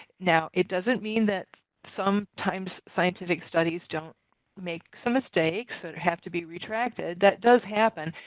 now it doesn't mean that sometimes scientific studies don't make so mistakes that have to be retracted. that does happen.